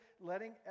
letting